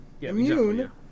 Immune